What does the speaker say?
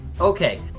Okay